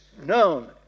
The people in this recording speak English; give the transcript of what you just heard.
known